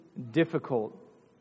Difficult